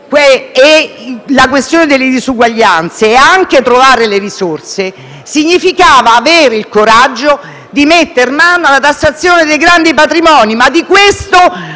la questione delle disuguaglianze e trovare le risorse significava avere il coraggio di mettere mano alla tassazione dei grandi patrimoni, ma di questo